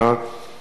התשע"ב